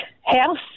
house